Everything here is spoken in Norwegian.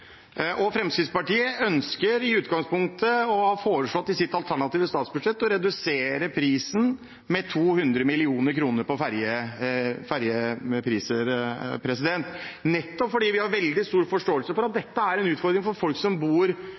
av Fremskrittspartiet. Fremskrittspartiet ønsker i utgangspunktet – og har foreslått i sitt alternative statsbudsjett – å redusere fergeprisene med 200 mill. kr, nettopp fordi vi har veldig stor forståelse for at dette er en utfordring for folk som bor